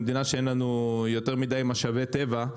במדינה בה אין לנו יותר מדי משאבי טבע אבל